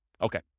Okay